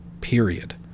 period